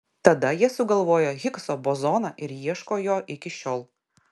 tada jie sugalvojo higso bozoną ir ieško jo iki šiol